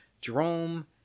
Jerome